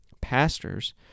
Pastors